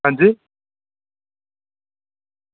अंजी